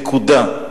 נקודה.